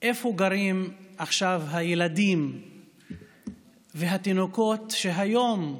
איפה גרים עכשיו הילדים והתינוקות שהיום,